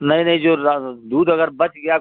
नहीं नहीं जो अगर दूध अगर बच गया